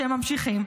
שהם ממשיכים.